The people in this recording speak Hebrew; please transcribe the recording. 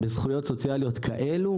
בזכויות סוציאליות כאלו,